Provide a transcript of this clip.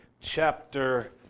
chapter